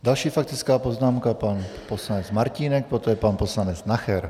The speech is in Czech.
Další faktická poznámka, pan poslanec Martínek, poté pan poslanec Nacher.